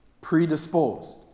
predisposed